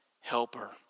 helper